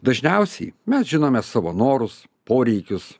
dažniausiai mes žinome savo norus poreikius